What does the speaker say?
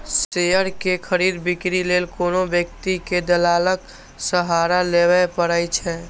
share के खरीद, बिक्री लेल कोनो व्यक्ति कें दलालक सहारा लेबैए पड़ै छै